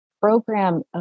program